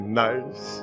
nice